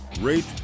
rate